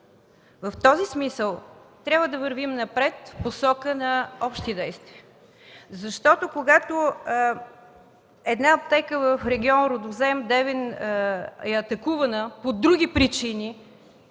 В този смисъл трябва да вървим напред в посока на общи действия. Когато една аптека в регион Рудозем, Девин е атакувана по други причини